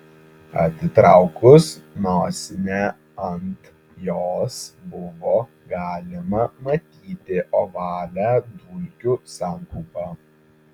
atitraukus nosinę ant jos buvo galima matyti ovalią dulkių sankaupą